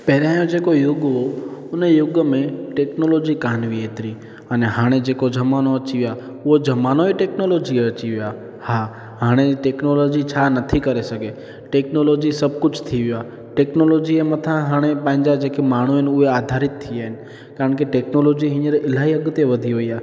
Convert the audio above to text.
पहिरां जो जेको युग हो हुनमें टेक्नोलोजी कोन हुई एतिरी आहिनि हाणे जेको ज़मानो अची वियो आहे उहो ज़मानो ई टेक्नोलोजी जो अची वियो आ्हे हा हाणे टेक्नोलोजी छा नथी करे सघे टेक्नोलोजी सभु कुझु थी वियो आहे टेक्नोलोजी मथां हाणे पंहिंजा जेका माण्हूं आहिनि आधारित थी विया आहिनि कोन टेक्नोलोजी अलाई अॻिते वधी वयी आहे